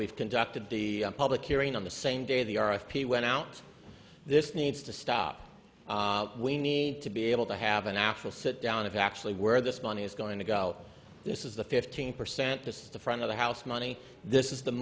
we've conducted the public hearing on the same day the r f p went out this needs to stop we need to be able to have an actual sit down of actually where this money is going to go out this is the fifteen percent to the front of the house money this is the